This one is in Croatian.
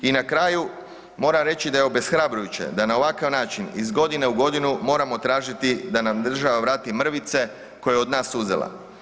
I na kraju moram reći da je obeshrabrujuće da na ovakav način iz godine u godinu moramo tražiti da nam država vrati mrvice koje je od nas uzela.